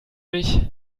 mich